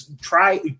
Try